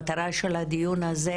המטרה של הדיון הזה,